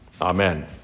Amen